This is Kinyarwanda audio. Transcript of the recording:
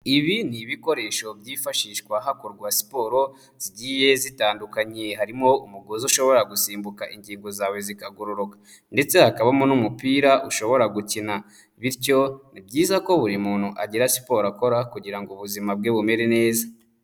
Ibi ni ibikoresho byifashishwa hakorwa siporo zigiye zitandukanye, harimo umugozi ushobora gusimbuka ingingo zawe zikagororoka ndetse hakabamo n'umupira ushobora gukina bityo ni byiza ko buri muntu agira siporo akora kugira ngo ubuzima bwe bumere neza.